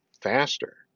faster